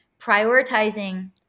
prioritizing